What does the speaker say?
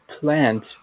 plant